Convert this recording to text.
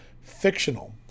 fictional